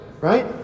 right